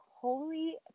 holy